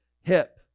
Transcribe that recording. hip